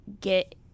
get